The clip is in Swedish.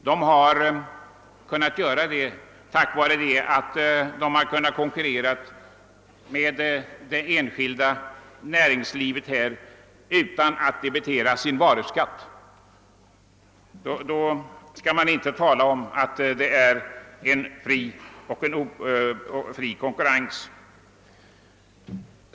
Man har kunnat konkurrera med det enskilda näringslivet därför att man inte behövt debitera sin varuskatt, och då är det inte någon fri konkurrens.